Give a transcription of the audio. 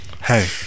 Hey